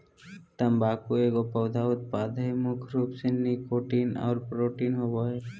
तम्बाकू एगो पौधा उत्पाद हइ मुख्य रूप से निकोटीन और प्रोटीन होबो हइ